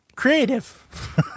creative